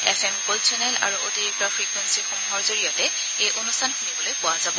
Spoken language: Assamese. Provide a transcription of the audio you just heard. এম এম গ'ল্ড চেনেল আৰু অতিৰিক্ত ফ্ৰিকুৱেঙি সমূহৰ জৰিয়তে এই অনুষ্ঠান শুনিবলৈ পোৱা যাব